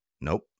Nope